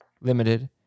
Limited